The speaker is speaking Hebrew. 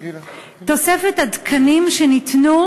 תוספת התקנים שניתנה,